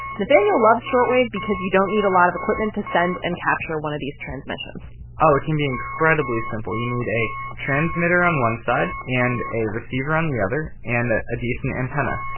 nathaniel loves shortwave because you don't need a lot of equipment to send and capture one of these transmissions oh, it can be incredibly simple. you need a transmitter on one side and a receiver on the other and a a decent antenna.